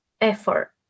effort